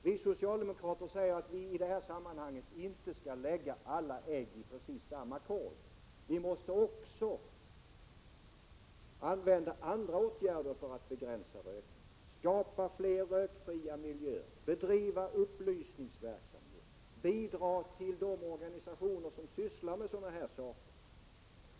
Vi socialdemokrater säger att man i detta sammanhang inte skall lägga alla ägg i samma korg. Vi måste också använda andra åtgärder för att begränsa rökningen: skapa fler rökfria miljöer, bedriva upplysningsverksamhet och ge bidrag till organisationer som sysslar med sådana här frågor.